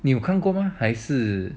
你有看过吗还是